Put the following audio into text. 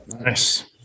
Nice